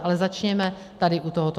Ale začněme tady u tohoto.